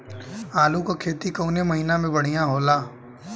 आलू क खेती कवने महीना में बढ़ियां होला?